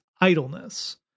idleness